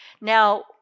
Now